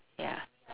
ya